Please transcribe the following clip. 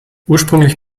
ursprünglich